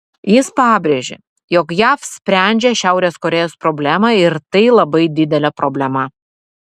jis pabrėžė jog jav sprendžia šiaurės korėjos problemą ir tai labai didelė problema